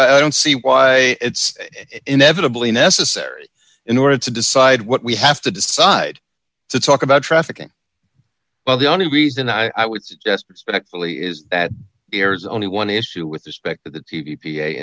i don't see why it's inevitably necessary in order to decide what we have to decide to talk about trafficking well the only reason i would suggest respectfully is that airs only one issue with respect to the t v p a